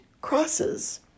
crosses